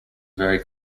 very